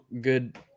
good